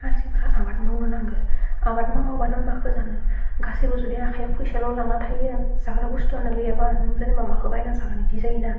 मानसिफोरा आबाद मावनो नांगो आबाद मावाबा नों माखो जानो गासैबो जुदि आखाइयाव फैसाल' लाना थायो जाग्रा बुस्थुआनो गैयाबा नों जेनेबा माखौ बायना जागोन इदि जायो ना